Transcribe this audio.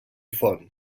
font